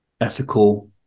ethical